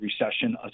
recession